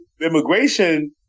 immigration